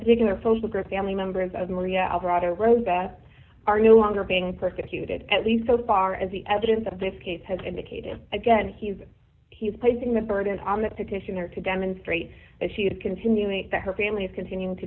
particular photograph family members of maria alvarado rosa are no longer being persecuted at least so far as the evidence of this case has indicated again he's he's placing the burden on the petitioner to demonstrate that she is continuing that her family is continuing to